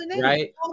right